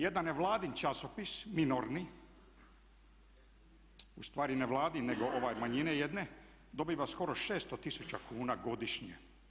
Jedan nevladin časopis minorni, u stvari ne vladin, nego manjine jedne, dobiva skoro 600 tisuća kuna godišnje.